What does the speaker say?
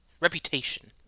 reputation